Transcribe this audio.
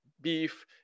beef